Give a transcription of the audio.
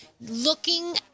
looking